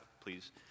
Please